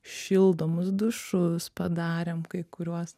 šildomus dušus padarėm kai kuriuos